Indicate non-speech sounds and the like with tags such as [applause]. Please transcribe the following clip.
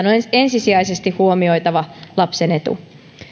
[unintelligible] on ensisijaisesti huomioitava lapsen etu